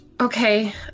okay